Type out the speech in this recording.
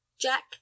jack